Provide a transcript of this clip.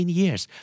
years